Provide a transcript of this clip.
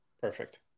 Perfect